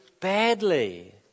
badly